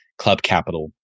CLUBCAPITAL